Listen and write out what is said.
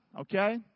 Okay